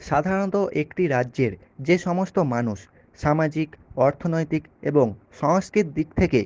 সাধারণত একটি রাজ্যের যে সমস্ত মানুষ সামাজিক অর্থনৈতিক এবং সাংস্কৃতিক দিক থেকে